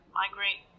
migrate